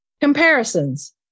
Comparisons